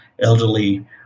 elderly